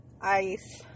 ice